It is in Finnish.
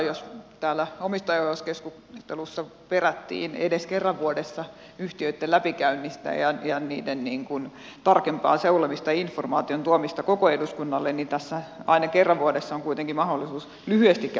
jos täällä omistajaohjauskeskustelussa perättiin edes kerran vuodessa yhtiöitten läpikäymistä ja niiden tarkempaa seulomista ja informaation tuomista koko eduskunnalle niin tässä aina kerran vuodessa on kuitenkin mahdollisuus lyhyesti käydä keskustelua